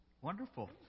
Wonderful